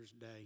Day